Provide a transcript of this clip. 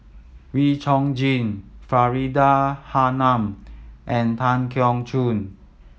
Wee Chong Jin Faridah Hanum and Tan Keong Choon